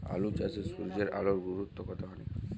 আলু চাষে সূর্যের আলোর গুরুত্ব কতখানি?